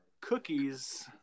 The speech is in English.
Cookies